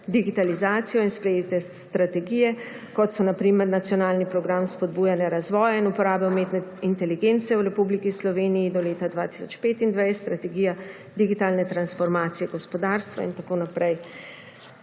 digitalizacijo in sprejete strategije, kot so na primer Nacionalni program spodbujanja razvoja in uporabe umetne inteligence v Republiki Sloveniji do leta 2025, Strategija digitalne transformacije gospodarstva in tako naprej.